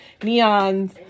neons